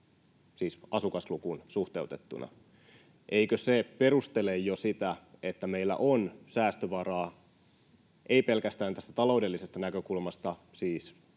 asukaslukuun suhteutettuna. Eikö se jo perustele sitä, että meillä on säästövaraa, ei pelkästään tästä taloudellisesta näkökulmasta